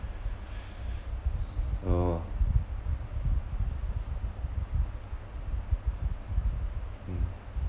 oh mm